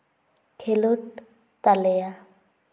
ᱠᱷᱮᱞᱳᱰ ᱛᱟᱞᱮᱭᱟ